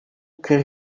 kreeg